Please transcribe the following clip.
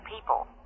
people